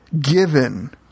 given